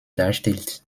darstellt